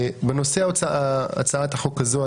בנושא הצעת החוק הזאת,